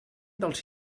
dels